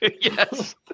Yes